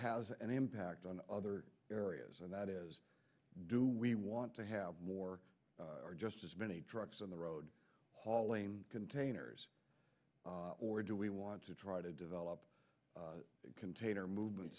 has an impact on other areas and that is do we want to have more or just as many trucks on the road hauling containers or do we want to try to develop the container movement